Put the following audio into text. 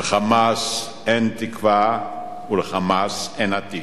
ל"חמאס" אין תקווה ול"חמאס" אין עתיד.